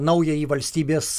naująjį valstybės